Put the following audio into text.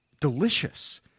delicious